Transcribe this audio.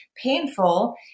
painful